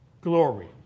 Glory